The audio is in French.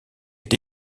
est